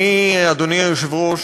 אדוני היושב-ראש,